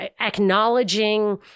acknowledging